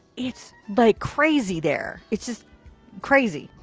it's like crazy there. it's just crazy.